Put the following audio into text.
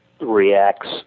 reacts